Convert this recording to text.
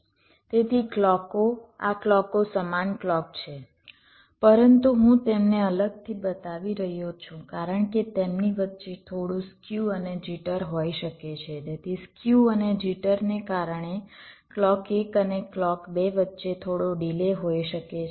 તેથી ક્લૉકો આ ક્લૉકો સમાન ક્લૉક છે પરંતુ હું તેમને અલગથી બતાવી રહ્યો છું કારણ કે તેમની વચ્ચે થોડું સ્ક્યુ અને જિટર હોઈ શકે છે તેથી સ્ક્યુ અને જિટરને કારણે ક્લૉક એક અને ક્લૉક બે વચ્ચે થોડો ડિલે હોય શકે છે